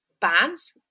bands